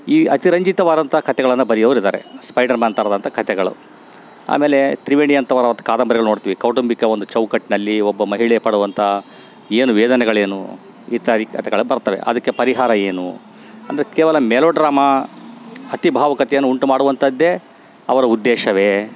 ಈ ಅತಿರಂಜಿತವಾದಂಥ ಕತೆಗಳನ್ನು ಬರೆಯೋವ್ರಿದಾರೆ ಸ್ಪೈಡರ್ ಮ್ಯಾನ್ ಥರದಂತ ಕತೆಗಳು ಆಮೇಲೆ ತ್ರಿವೇಣಿ ಅಂಥವರ ಒಂದು ಕಾದಂಬರಿಗಳನ್ನು ನೋಡ್ತಿವಿ ಕೌಟಂಬಿಕ ಒಂದು ಚೌಕಟ್ನಲ್ಲಿ ಒಬ್ಬ ಮಹಿಳೆ ಪಡುವಂಥ ಏನು ವೇದನೆಗಳೇನು ಇತ್ಯಾದಿ ಕತೆಗಳಲ್ಲಿ ಬರ್ತವೆ ಅದಕ್ಕೆ ಪರಿಹಾರ ಏನು ಅಂದರೆ ಕೇವಲ ಮೆಲೊ ಡ್ರಾಮ ಅತಿ ಭಾವುಕತೆಯನ್ನು ಉಂಟು ಮಾಡುವಂಥದ್ದೇ ಅವರ ಉದ್ದೇಶವೇ